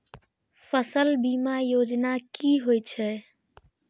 फसल बीमा योजना कि होए छै?